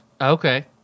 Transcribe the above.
Okay